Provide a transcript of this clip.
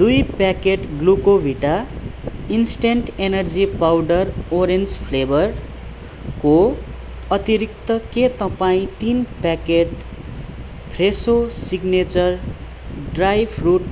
दुई packet Glucovita instant energy powder orange फ्लेभरको अतिरिक्त के तपाईँ तिन packet Fresho signature dry fruit